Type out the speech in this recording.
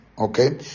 okay